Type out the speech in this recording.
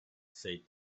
said